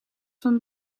van